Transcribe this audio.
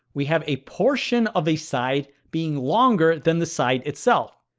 we have a portion of a side being longer than the side itself.